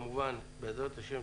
בעזרת השם,